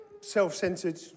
self-centered